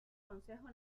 consejo